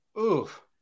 Oof